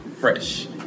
fresh